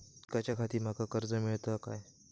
शिकाच्याखाती माका कर्ज मेलतळा काय?